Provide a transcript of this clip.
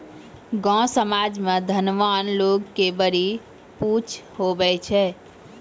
गाँव समाज मे धनवान लोग के बड़ी पुछ हुवै छै